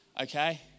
Okay